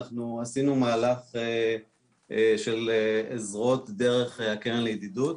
עשינו מהלך של עזרות דרך הקרן לידידות.